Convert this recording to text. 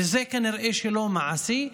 וכנראה שזה לא מעשי.